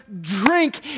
drink